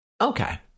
Okay